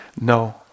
no